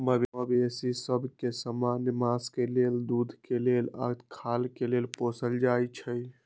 मवेशि सभ के समान्य मास के लेल, दूध के लेल आऽ खाल के लेल पोसल जाइ छइ